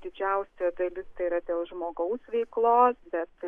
didžiausia dalis tai yra dėl žmogaus veiklos bet